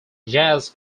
jazz